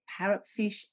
parrotfish